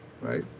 Right